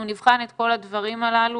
אנחנו נבחן את כל הדברים הללו,